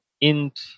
int